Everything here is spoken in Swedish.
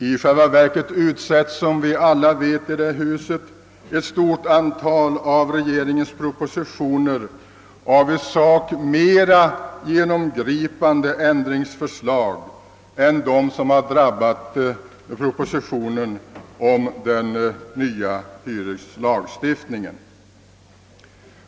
I själva verket utsätts som vi alla vet i detta hus ett stort antal propositioner för i sak mera genomgripande ändringsförslag än dem som drabbat propositionen om den nya hyreslagstiftningen.